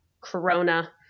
Corona